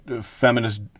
feminist